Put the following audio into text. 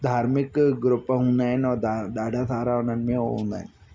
धार्मिक ग्रुप हूंदा आहिनि ऐं ॾाढा सारा हुननि में हू हूंदा आहिनि